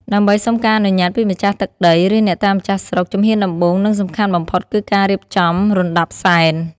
ដើម្បីសុំការអនុញ្ញាតពីម្ចាស់ទឹកដី ឬអ្នកតាម្ចាស់ស្រុក ជំហានដំបូង និងសំខាន់បំផុតគឺការរៀបចំរណ្តាប់សែន។